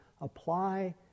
apply